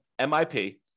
MIP